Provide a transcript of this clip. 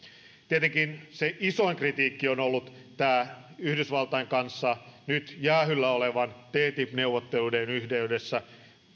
tietenkin se isoin kritiikki on ollut tämä yhdysvaltain kanssa käytävien nyt jäähyllä olevien ttip neuvotteluiden yhteydessä